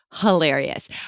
hilarious